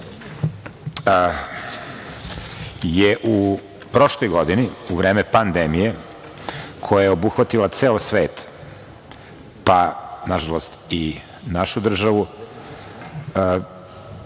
građana je u prošloj godini u vreme pandemije koja je obuhvatila ceo svet, pa nažalost i našu državu,